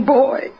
boy